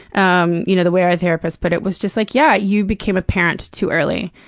um you know the way our therapist put it was just, like, yeah, you became a parent too early,